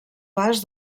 pas